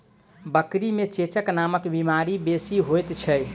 बकरी मे चेचक नामक बीमारी बेसी होइत छै